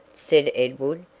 said edward.